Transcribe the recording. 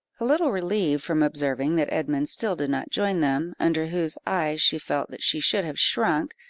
a little relieved from observing that edmund still did not join them, under whose eye she felt that she should have shrunk,